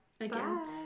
Again